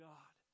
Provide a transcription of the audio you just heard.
God